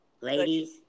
Ladies